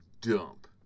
dump